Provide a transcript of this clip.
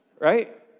right